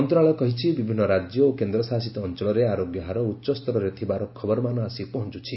ମନ୍ତ୍ରଣାଳୟ କହିଛି ବିଭିନ୍ନ ରାଜ୍ୟ ଓ କେନ୍ଦ୍ରଶାସିତ ଅଞ୍ଚଳରେ ଆରୋଗ୍ୟ ହାର ଉଚ୍ଚସ୍ତରରେ ଥିବାର ଖବରମାନ ଆସି ପହଞ୍ଚୁଛି